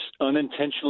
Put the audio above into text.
unintentionally